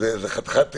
זה חתיכת אירוע.